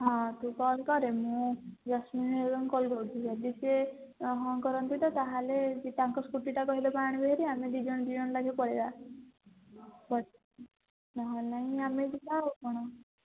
ହଁ ତୁ କଲ୍ କରେ ମୁଁ ଜସ୍ମିନ୍ ହେରିକାଙ୍କୁ କଲ୍ କରୁଛି ଯଦି ସେ ହଁ କରନ୍ତି ତ ତା'ହେଲେ ତାଙ୍କ ସ୍କୁଟିଟା କହିଲେ ପା ଆଣିବେ ଭାରି ଆମେ ଦୁଇ ଜଣ ଦୁଇ ଜଣ ନାଖେ ପଳାଇବା ନହେଲେ ନାଇଁ ଆମେ ଯିବା ଆଉ କ'ଣ